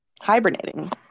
hibernating